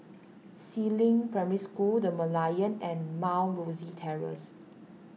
Si Ling Primary School the Merlion and Mount Rosie Terrace